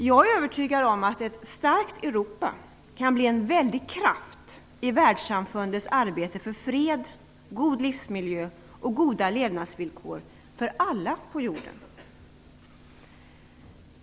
Jag är övertygad om att ett starkt Europa kan bli en väldig kraft i världssamfundets arbete för fred, god livsmiljö och goda levnadsvillkor för alla på jorden.